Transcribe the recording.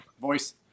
voice